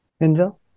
Angel